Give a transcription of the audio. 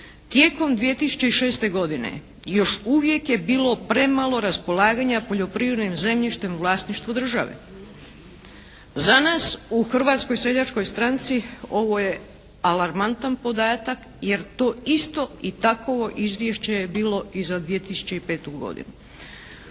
tijekom 2006. godine još uvijek je bilo premalo raspolaganja poljoprivrednim zemljište u vlasništvu države. Za nas u Hrvatskoj seljačkoj stranci ovo je alarmantan podatak jer to isto i takovo izvješće je bilo i za 2005. godinu.